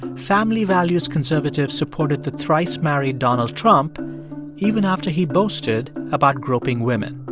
and family-values conservatives supported the thrice married donald trump even after he boasted about groping women.